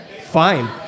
Fine